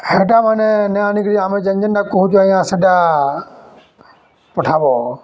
ହେଟା ମାନେ ନାଇ ଆନିକିରି ଆମେ ଯେନ୍ ଯେନ୍ଟା କହୁଛୁଁ ଆଜ୍ଞା ସେଟା ପଠାବ